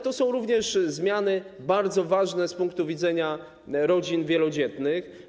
To są również zmiany bardzo ważne z punktu widzenia rodzin wielodzietnych.